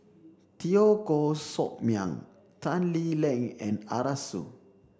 Teo Koh Sock Miang Tan Lee Leng and Arasu